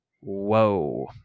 whoa